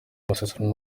masezerano